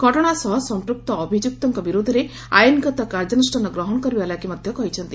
ଘଟଣା ସହ ସମ୍ମକ୍ତ ଅଭିଯୁକ୍ତଙ୍କ ବିରୋଧରେ ଆଇନଗତ କାର୍ଯ୍ୟାନୁଷ୍ଠାନ ଗ୍ରହଣ କରିବା ଲାଗି ମଧ୍ଧ କହିଛନ୍ତି